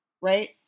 Right